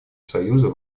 союза